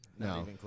No